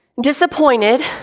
Disappointed